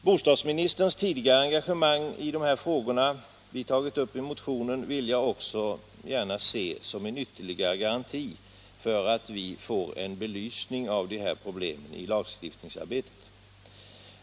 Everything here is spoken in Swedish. Bostadsministerns tidigare engagemang i de frågor som vi har tagit upp i motionen vill jag också gärna se som en ytterligare garanti för att vi får en belysning av de här problemen i lagstiftningsarbetet.